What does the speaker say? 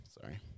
Sorry